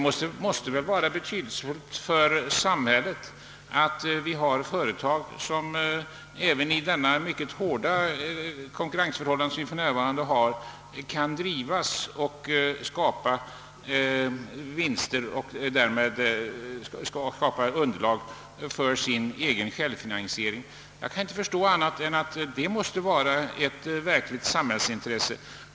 Det måste väl vara betydelsefullt för samhället att det finns företag som även under de nuvarande mycket hårda konkurrensförhållandena kan drivas och skapa vinster och därmed bereda ett underlag för sin självfinansiering. Jag kan inte förstå annat än att detta måste vara ett verkligt samhällsintresse.